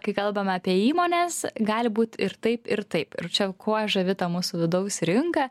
kai kalbame apie įmones gali būt ir taip ir taip ir čia kuo žavi ta mūsų vidaus rinka